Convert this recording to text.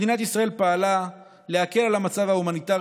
מדינת ישראל פעלה להקל על המצב ההומניטרי